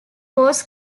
was